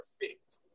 perfect